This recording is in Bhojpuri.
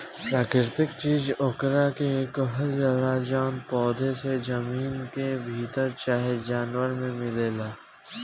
प्राकृतिक चीज ओकरा के कहल जाला जवन पौधा से, जमीन के भीतर चाहे जानवर मे मिलेला